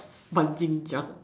but didn't jump